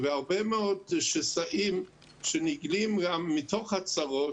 והרבה מאוד שסעים שנגלים גם מתוך הצרות,